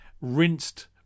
rinsed